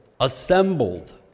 assembled